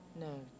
No